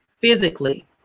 physically